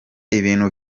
ibintu